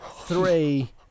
three